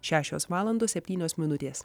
šešios valandos septynios minutės